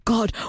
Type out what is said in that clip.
God